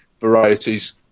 varieties